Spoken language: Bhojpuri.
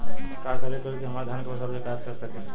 का करे होई की हमार धान के फसल विकास कर सके?